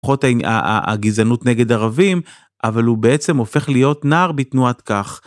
הגזענות נגד ערבים, אבל הוא בעצם הופך להיות נער בתנועת כך.